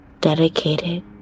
Dedicated